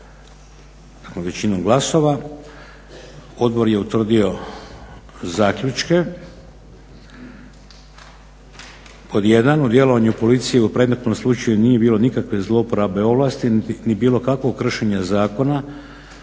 donijeto većinom glasova odbor je utvrdio zaključke. Pod 1 o djelovanju policije o predmetnom slučaju nije bilo nikakve zloporabe ovlasti niti bilo kakvog kršenja zakona